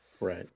Right